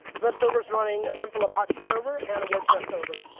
the web server's running a simple apache server and a wordpress server.